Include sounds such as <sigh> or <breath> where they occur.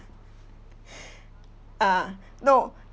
<breath> ah no